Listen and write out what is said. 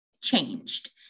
changed